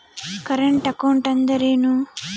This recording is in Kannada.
ಕರೆಂಟ್ ಅಕೌಂಟ್ ಅಂದರೇನು?